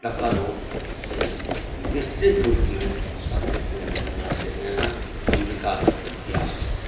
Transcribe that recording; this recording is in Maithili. तकर ओ से विस्तृत रूपमे सन्स्कृतमे उपन्यास लिखलनि हेँ अम्बिका दत्त व्यास